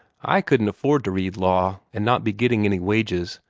i couldn't afford to read law, and not be getting any wages.